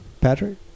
Patrick